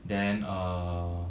then err